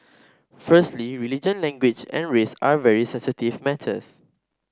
firstly religion language and race are very sensitive matters